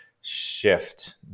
shift